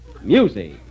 Music